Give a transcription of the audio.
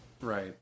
Right